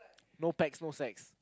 no packs no sex